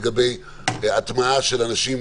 לגבי הטמעה של אנשים